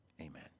Amen